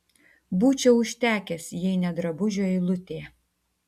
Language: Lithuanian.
būčiau užtekęs jei ne drabužių eilutė